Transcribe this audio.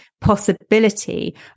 possibility